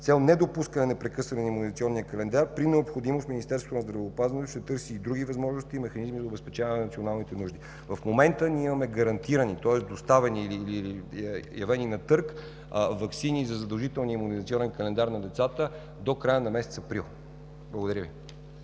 цел недопускане прекъсване на Имунизационния календар при необходимост Министерството на здравеопазването ще търси и други възможности и механизми за обезпечаване на националните нужди. В момента имаме гарантирани, тоест доставени или явени на търг ваксини за задължителния Имунизационен календар на децата до края на месец април. Благодаря.